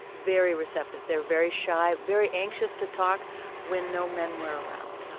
very receptive. they're very shy, very anxious to talk when no men were around